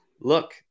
Look